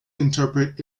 interpret